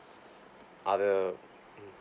other mm